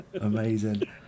Amazing